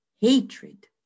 Hatred